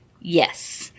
Yes